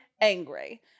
angry